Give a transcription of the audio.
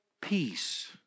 peace